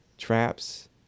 traps